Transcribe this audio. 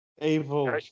Evil